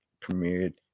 premiered